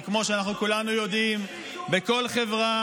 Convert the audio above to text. כי כמו שכולנו יודעים, למה עובד עירייה